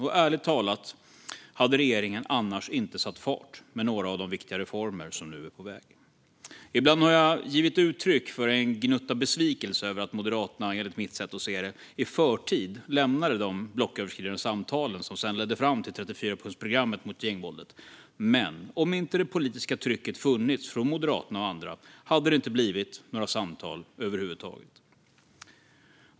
Och ärligt talat hade regeringen annars inte satt fart med några av de viktiga reformer som nu är på väg. Ibland har jag givit uttryck för en gnutta besvikelse över att Moderaterna, enligt mitt sätt att se det, i förtid lämnade de blocköverskridande samtal som sedan ledde fram till 34-punktsprogrammet mot gängvåldet. Men om inte det politiska trycket funnits från Moderaterna och andra hade det inte blivit några samtal över huvud taget.